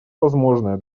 возможное